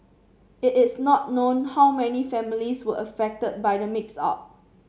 it is not known how many families were affected by the mix up